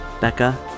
Becca